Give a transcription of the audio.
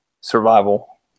survival